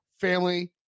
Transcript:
family